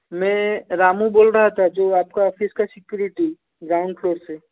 मैं रामू बोल रहा था जो आपका ऑफिस का सिक्युरिटी ग्राउंड फ्लोर से